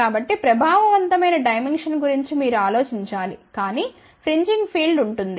కాబట్టి ప్రభావవంతమైన డైమెన్క్షన్ గురించి మీరు ఆలోచించాలి కానీ ఫ్రింజింగ్ ఫీల్డ్ ఉంటుంది